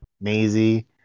Maisie